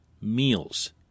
meals